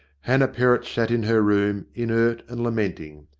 hannah perrott sat in her room, inert and lamenting.